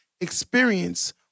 experience